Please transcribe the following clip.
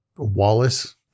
Wallace